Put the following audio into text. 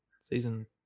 season